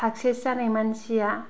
success जानाय मानसिआ